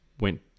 went